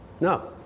No